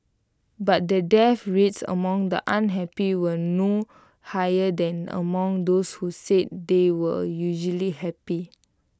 but the death rates among the unhappy were no higher than among those who said they were usually happy